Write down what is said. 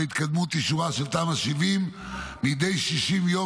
התקדמות אישורה של תמ"א 70 מדי 60 ימים,